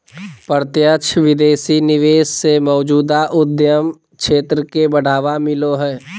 प्रत्यक्ष विदेशी निवेश से मौजूदा उद्यम क्षेत्र के बढ़ावा मिलो हय